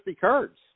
cards